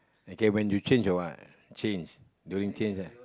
okay when you change or what change during change ah